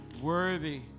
worthy